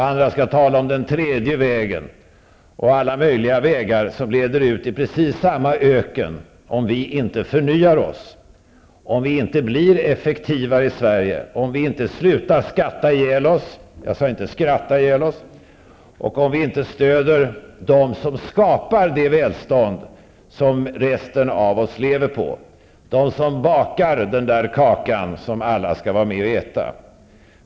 Andra skall tala om den tredje vägen och alla möjliga vägar som leder till precis samma öken om vi inte förnyar oss, om vi i Sverige inte blir effektivare, om vi inte slutar skatta ihjäl oss -- jag sade inte skratta ihjäl oss -- och om vi inte stöder dem som skapar det välstånd som vi andra lever på. Jag tänker då på dem som bakar den kaka som alla skall äta av.